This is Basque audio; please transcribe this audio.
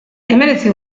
hemeretzi